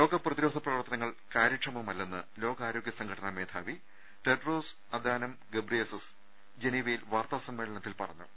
രോഗപ്രതി രോധ പ്രവർത്തനങ്ങൾ കാര്യക്ഷമമല്ലെന്ന് ലോകാരോ ഗൃസംഘടന മേധാവി ടെഡ്രോസ് അദാനം ഗിബ്രിയേ സസ് ജനീവയിൽ വാർത്താസമ്മേളനത്തിൽ പറഞ്ഞു